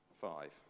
five